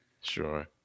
Sure